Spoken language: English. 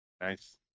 nice